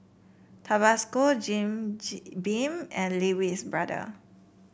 Tabasco Jim Beam and Lee Wee's Brother